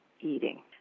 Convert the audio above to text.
eating